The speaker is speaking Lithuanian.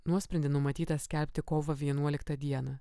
nuosprendį numatyta skelbti kovo vienuoliktą dieną